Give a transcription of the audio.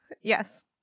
yes